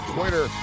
Twitter